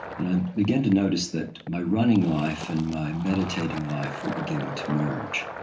and i began to notice that my running life and my meditating life were beginning to merge.